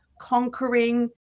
conquering